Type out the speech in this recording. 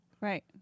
Right